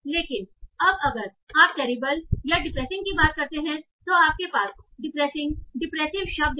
लेकिन अब अगर आप टेरिबल या डिप्रेसिंग की बात करते हैं तो आपके पास डिप्रेसिंग डिप्रेसिव शब्द है